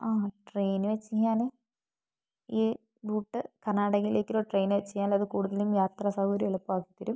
ആഹ് train വച്ചു കയിഞ്ഞാൽ ഈ റൂട്ട് കർണ്ണാടകയിലേക്കൊരു ട്രെയിന് വച്ചു കയിഞ്ഞാൽ അതു കൂടുതലും യാത്ര സൗകര്യം എളുപ്പമാക്കിത്തരും